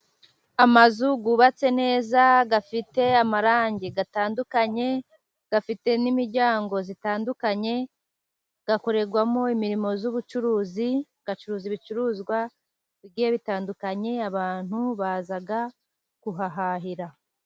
Amazu yubatse neza afite amarangi atandukanye, afite n'imiryango itandukanye , akorerwamo imirimo y'ubucuruzi , acuruza ibicuruzwa bigiye bitandukanye , abantu baza kuhahahira.